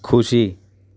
ખુશી